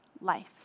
life